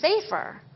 safer